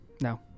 No